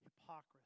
hypocrisy